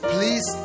Please